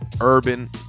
urban